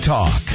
Talk